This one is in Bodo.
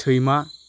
सैमा